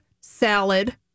salad